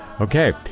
Okay